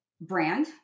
brand